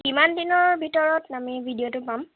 কিমান দিনৰ ভিতৰত আমি ভিডিঅ'টো পাম